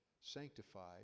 sanctified